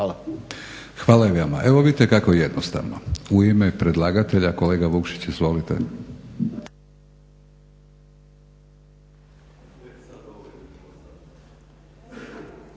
Hvala i vama. Evo vidite kako je jednostavno. U ime predlagatelja kolega Vukšić. Izvolite.